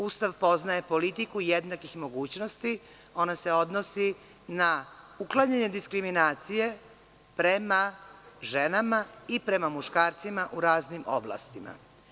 Ustav poznaje politiku jednakih mogućnosti, a ona se odnosi na uklanjanje diskriminacije prema ženama i prema muškarcima u raznim oblastima.